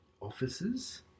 offices